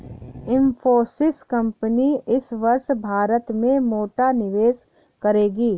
Infosys company इस वर्ष भारत में मोटा निवेश करेगी